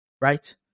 Right